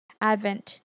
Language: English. Advent